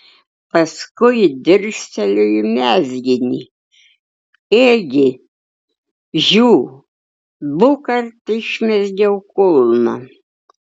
paskui dirsteliu į mezginį ėgi žiū dukart išmezgiau kulną